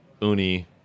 uni